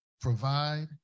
provide